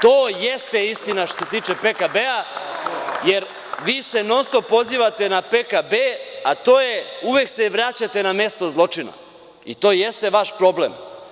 To jeste istina što se tiče PKB-a, jer vi se non-stop pozivate na PKB, a to je uvek, se vraćate na mesto zločina, i to jeste vaš problem.